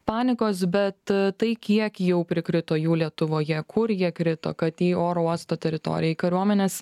panikos bet tai kiek jau prikrito jų lietuvoje kur jie krito kad į oro uosto teritoriją į kariuomenės